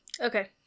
Okay